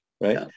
right